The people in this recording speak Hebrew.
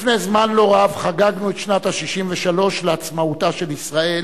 לפני זמן לא רב חגגנו את שנת ה-63 לעצמאותה של ישראל,